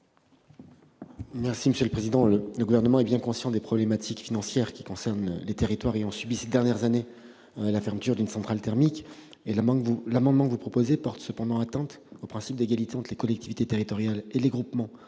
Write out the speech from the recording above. l'avis du Gouvernement ? Le Gouvernement est bien conscient des problématiques financières qui concernent les territoires ayant subi ces dernières années la fermeture d'une centrale thermique. L'amendement proposé porte cependant atteinte au principe d'égalité entre les collectivités territoriales et les groupements